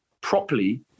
properly